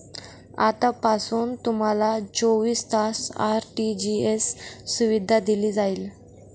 आतापासून तुम्हाला चोवीस तास आर.टी.जी.एस सुविधा दिली जाईल